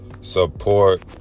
support